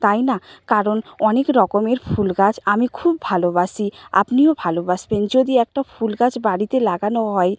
তাই না কারণ অনেক রকমের ফুল গাছ আমি খুব ভালোবাসি আপনিও ভালোবাসবেন যদি একটা ফুল গাছ বাড়িতে লাগানো হয়